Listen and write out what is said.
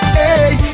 hey